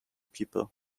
people